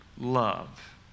love